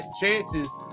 chances